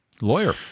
Lawyer